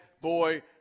Boy